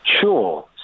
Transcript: Sure